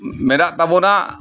ᱢᱮᱱᱟᱜ ᱛᱟᱵᱚᱱᱟ